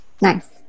nice